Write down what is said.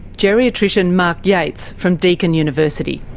geriatrician mark yates from deakin university.